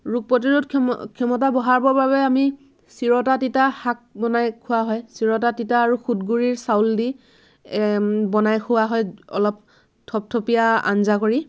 ৰোগ প্ৰতিৰোধ ক্ষম ক্ষমতা বঢ়াবৰ বাবে আমি চিৰতা তিতা শাক বনাই খোৱা হয় চিৰতা তিতা আৰু খুদ গুৰিৰ চাউল দি বনাই খোৱা হয় অলপ থপ থপীয়া আঞ্জা কৰি